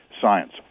Science